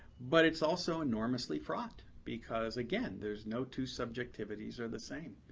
but it's also enormously fraught, because again, there's no two subjectivities are the same.